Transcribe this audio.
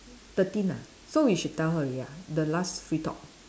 thirteen ah so we should tell her already ah the last free talk